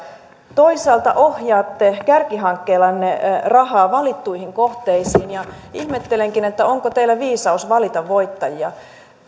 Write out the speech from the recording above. toisaalta ohjaatte kärkihankkeillanne rahaa valittuihin kohteisiin ja ihmettelenkin onko teillä viisaus valita voittajia